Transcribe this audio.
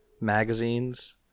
magazines